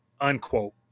unquote